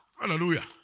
Hallelujah